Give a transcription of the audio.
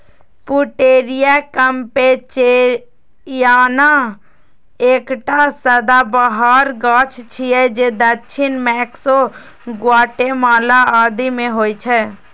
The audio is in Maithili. पुटेरिया कैम्पेचियाना एकटा सदाबहार गाछ छियै जे दक्षिण मैक्सिको, ग्वाटेमाला आदि मे होइ छै